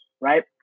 right